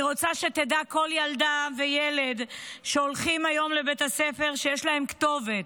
אני רוצה שידעו כל ילדה וילד שהולכים היום לבית הספר שיש להם כתובת,